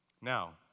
Now